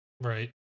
Right